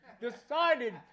decided